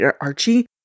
Archie